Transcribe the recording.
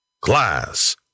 Class